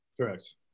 Correct